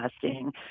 testing